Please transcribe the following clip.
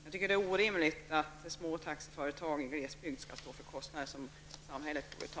Jag tycker att det är orimligt att små taxiföretag i glesbygd skall stå för kostnader som samhället borde ta.